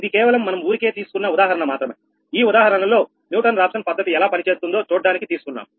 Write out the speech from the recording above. ఇది కేవలం మనం ఊరికే తీసుకున్న ఉదాహరణ మాత్రమేఈ ఉదాహరణలో న్యూటన్ రాఫ్సన్ పద్ధతి ఎలా పని చేస్తుందో చూడ్డానికి తీసుకున్నాము